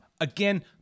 again